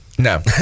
No